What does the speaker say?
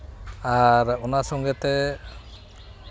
ᱟᱨ ᱚᱱᱟ ᱥᱚᱸᱜᱮ ᱛᱮ